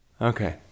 Okay